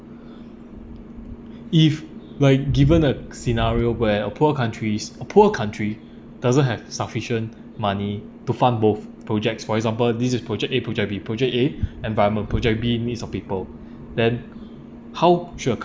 if like given a scenario where a poor countries a poor country doesn't have sufficient money to fund both projects for example this is project A project B project A environment project B needs of people then how should